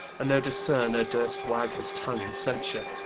and no discerner durst wagge his tongue in censure,